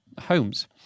homes